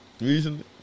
recently